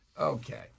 Okay